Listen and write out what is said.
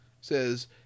Says